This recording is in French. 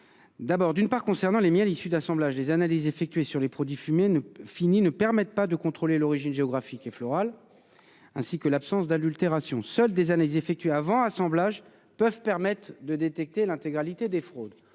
Premièrement, concernant les miels issus d'assemblages, les analyses effectuées sur les produits finis ne permettent de contrôler ni l'origine géographique et florale ni l'absence d'adultération. Seules des analyses réalisées avant assemblage peuvent détecter l'intégralité des fraudes.